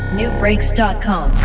newbreaks.com